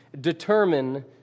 determine